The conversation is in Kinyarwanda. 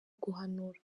guhanura